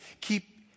keep